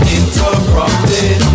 interrupted